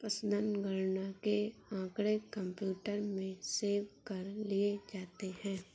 पशुधन गणना के आँकड़े कंप्यूटर में सेव कर लिए जाते हैं